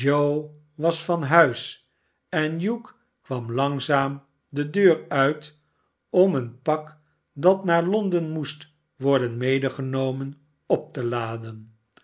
was van huis en hugh kwam langzaam de deur uit om een pak dat naar londen moest worden medegenomen op te laden